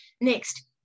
Next